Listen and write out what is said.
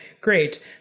great